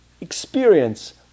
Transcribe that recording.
experience